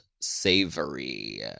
savory